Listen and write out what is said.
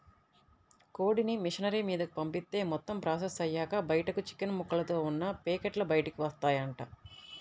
కోడిని మిషనరీ మీదకు పంపిత్తే మొత్తం ప్రాసెస్ అయ్యాక బయటకు చికెన్ ముక్కలతో ఉన్న పేకెట్లు బయటకు వత్తాయంట